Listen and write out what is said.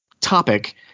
topic